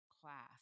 class